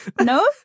No